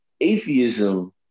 atheism